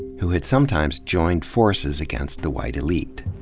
who had sometimes joined forces against the white elite.